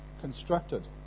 constructed